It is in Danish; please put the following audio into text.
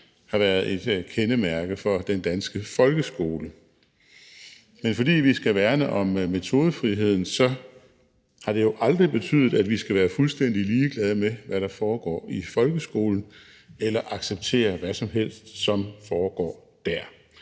har været et kendemærke for den danske folkeskole. Men fordi vi skal værne om metodefriheden, har det jo aldrig betydet, at vi skal være fuldstændig ligeglade med, hvad der foregår i folkeskolen, eller acceptere, hvad som helst der foregår dér.